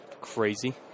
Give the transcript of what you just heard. crazy